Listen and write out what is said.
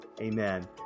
Amen